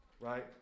Right